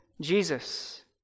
Jesus